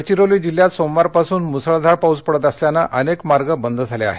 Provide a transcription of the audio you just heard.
गडचिरोली जिल्ह्यातसोमवारपासून मुसळधार पाऊस पडत असल्यानं अनेक मार्ग बंद झाले आहेत